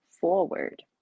forward